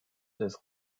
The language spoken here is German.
des